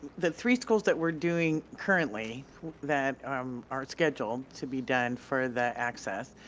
the three schools that we're doing currently that um are scheduled to be done for the access,